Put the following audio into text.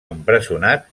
empresonat